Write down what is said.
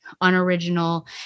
unoriginal